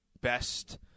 best